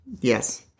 Yes